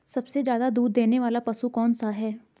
सबसे ज़्यादा दूध देने वाला पशु कौन सा है?